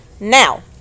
Now